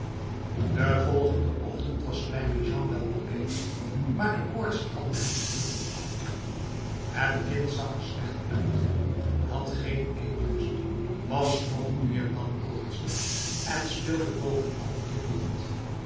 de volgende ochtend was kleine jean wel wat beter maar de koortsen hadden hem geducht doen afnemen het kind zag er slecht uit had geen eetlust was nog nu en dan koortsig en speelde bovenal de